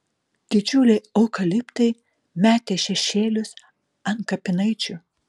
didžiuliai eukaliptai metė šešėlius ant kapinaičių